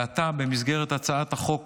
ועתה, במסגרת הצעת החוק,